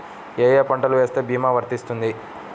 ఏ ఏ పంటలు వేస్తే భీమా వర్తిస్తుంది?